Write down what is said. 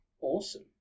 awesome